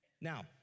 Now